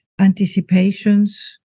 anticipations